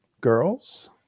girls